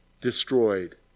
destroyed